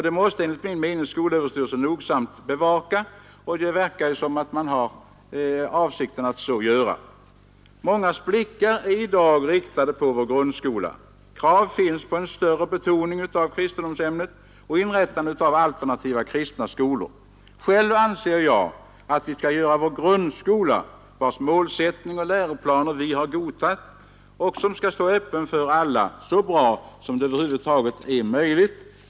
Detta måste skolöverstyrelsen nogsamt bevaka. Det förefaller ju också vara avsikten. Mångas blickar är i dag riktade på vår grundskola. Krav finns på en större betoning av kristendomsämnet och inrättande av alternativa kristna skolor. Själv anser jag att vi skall göra vår grundskola, vars målsättning och läroböcker vi har godtagit och som skall stå öppen för alla, så bra som det över huvud taget är möjligt.